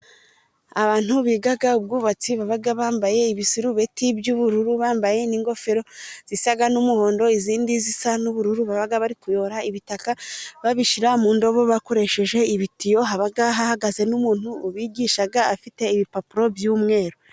Abantu bigaga ubwubatsi babaga bambaye ibisarubiti by'ubururu, bambaye n'ingofero zisaga n'umuhondo ,izindi zisa n'ubururu, babaga bari kuyora ibitaka babishyira mu ndobo, bakoresheje ibitiyo, habaga hahagaze n'umuntu ubigishaga afite ibipapuro by'umweru.